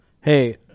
hey